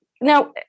Now